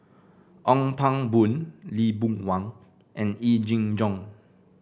Ong Pang Boon Lee Boon Wang and Yee Jenn Jong